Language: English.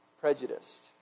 prejudiced